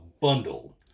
bundle